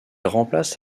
remplace